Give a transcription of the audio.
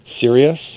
serious